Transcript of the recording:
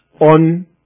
on